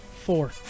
four